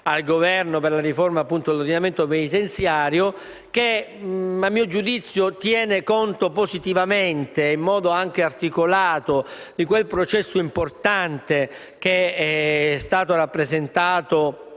al Governo per la riforma dell'ordinamento penitenziario, che a mio giudizio tiene conto positivamente, in modo anche articolato, di quel processo importante che è stato rappresentato